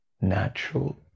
natural